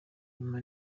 nyuma